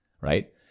right